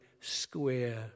square